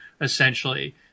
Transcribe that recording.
essentially